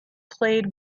played